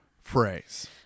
phrase